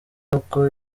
uko